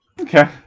Okay